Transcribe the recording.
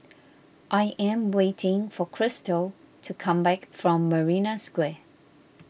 I am waiting for Krystal to come back from Marina Square